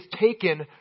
taken